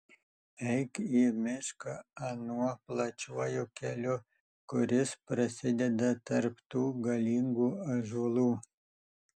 eik į mišką anuo plačiuoju keliu kuris prasideda tarp tų galingų ąžuolų